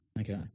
Okay